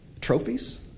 trophies